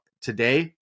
Today